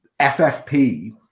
FFP